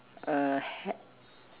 a ha~